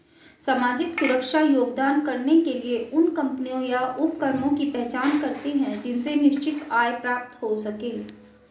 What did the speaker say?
सामाजिक सुरक्षा योगदान कर के लिए उन कम्पनियों या उपक्रमों की पहचान करते हैं जिनसे निश्चित आय प्राप्त हो सके